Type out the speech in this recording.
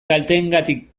kalteengatik